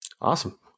Awesome